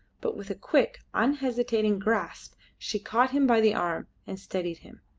but with a quick, unhesitating grasp she caught him by the arm and steadied him.